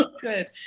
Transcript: good